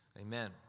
Amen